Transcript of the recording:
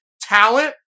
talent